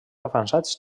avançats